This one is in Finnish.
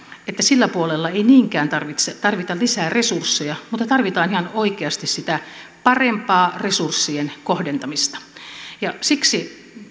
että sillä puolella ei niinkään tarvita lisää resursseja mutta tarvitaan ihan oikeasti sitä parempaa resurssien kohdentamista siksi